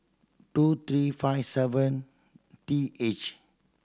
two three five seven T H